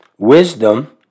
Wisdom